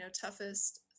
toughest